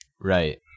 Right